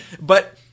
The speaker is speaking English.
But-